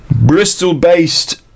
Bristol-based